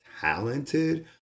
talented